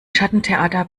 schattentheater